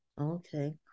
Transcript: Okay